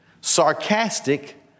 sarcastic